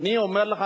אני אומר לך,